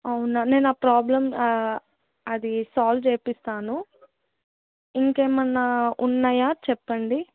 అవునా నేను ఆ ప్రాబ్లం అది సాల్వ్ చేయిస్తాను ఇంకేమన్నా ఉన్నాయా చెప్పండి